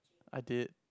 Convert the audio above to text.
I did